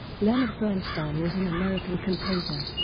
leonard bernstein was an american composer,